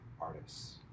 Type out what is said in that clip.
artists